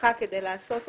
לתמיכה כדי לעשות אותה.